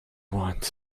want